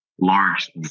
large